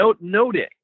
noting